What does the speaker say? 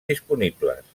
disponibles